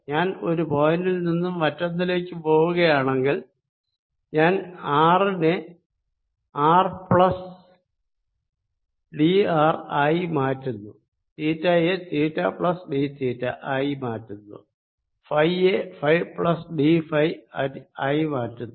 ഞാൻ ഒരു പോയിന്റിൽ നിന്നും മറ്റൊന്നിലേക്ക് പോകുകയാണെങ്കിൽ ഞാൻ ആറിനെ ആർ പ്ലസ് ഡി ആർ ആയി മാറ്റുന്നു തീറ്റയെ തീറ്റ പ്ലസ് ഡി തീറ്റ ആയി മാറ്റുന്നു ഫൈ യെ ഫൈ പ്ലസ് ഡി ഫൈ ആയി മാറ്റുന്നു